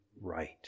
right